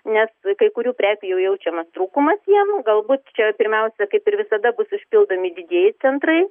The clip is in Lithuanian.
nes kai kurių prekių jau jaučiamas trūkumas jiem galbūt čia pirmiausia kaip ir visada bus užpildomi didieji centrai